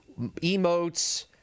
emotes